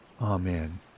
Amen